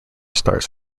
stars